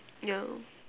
yeah